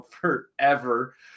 forever